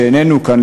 שאיננו כאן,